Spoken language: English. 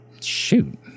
Shoot